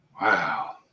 Wow